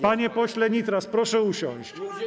Panie pośle Nitras, proszę usiąść.